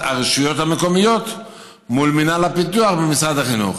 הרשויות המקומיות מול מינהל הפיתוח במשרד החינוך.